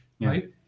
right